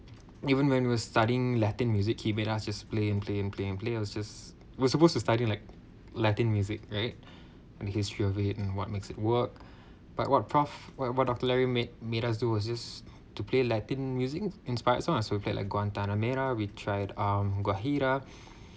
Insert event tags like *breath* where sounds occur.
*breath* even when we're studying latin music kimera just play and play and play and play I was just we supposed to study like latin music right and history of it and what's make it work but what prof what what doctor larry made made us do was just to play latin music inspired song as with that like guantanamerah we tried um guahirah *breath*